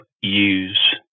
use